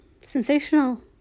sensational